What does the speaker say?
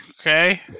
Okay